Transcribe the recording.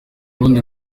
rundi